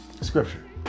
scripture